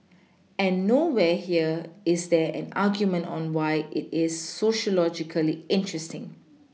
and nowhere here is there an argument on why it is sociologically interesting